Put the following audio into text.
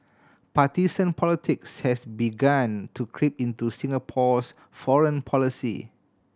partisan politics has begun to creep into Singapore's foreign policy